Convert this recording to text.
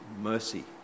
mercy